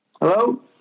Hello